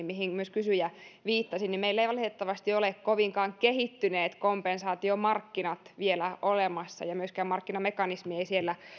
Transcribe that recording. mihin myös kysyjä viittasi meillä ei valitettavasti ole kovinkaan kehittyneitä kompensaatiomarkkinoita vielä olemassa ja myöskään markkinamekanismi ei siellä